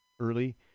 early